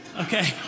okay